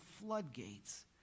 floodgates